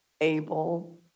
able